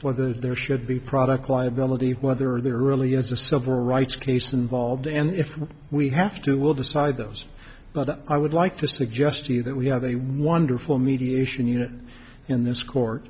whether there should be product liability whether there really is a civil rights case involved and if we have to we'll decide those but i would like to suggest to you that we have a wonderful mediation unit in this court